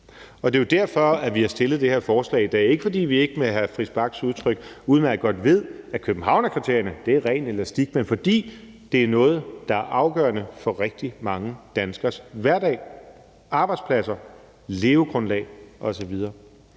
Det er jo derfor, vi har fremsat det her forslag i dag. Det er ikke, fordi vi ikke med hr. Christian Friis Bachs udtryk udmærket godt ved, at Københavnskriterierne er ren elastik, men fordi det er noget, der er afgørende for rigtig mange danskeres hverdag, arbejdspladser, levegrundlag osv.